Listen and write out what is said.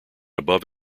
above